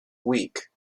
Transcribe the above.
week